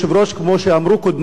כמו שאמרו קודמי,